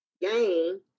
game